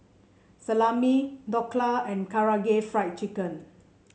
Salami Dhokla and Karaage Fried Chicken